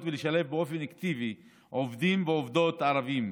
ולשלב באופן אקטיבי עובדים ועובדות ערבים.